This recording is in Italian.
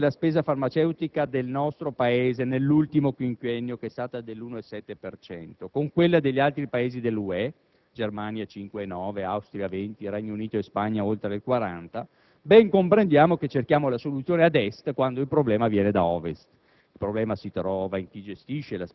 Ma se poi andiamo a comparare la crescita della spesa farmaceutica nel nostro Paese nell'ultimo quinquennio (1,7 per cento) con quella degli altri Paesi dell'UE (Germania 5,9 per cento, Austria 20,2 per cento, Regno Unito e Spagna oltre il 40 per cento), ben comprendiamo che cerchiamo la soluzione ad Est quando il problema viene da Ovest.